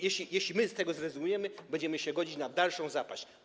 Jeśli my z tego zrezygnujemy, będziemy się godzić na dalszą zapaść.